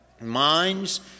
minds